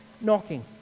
knocking